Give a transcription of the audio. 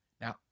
Now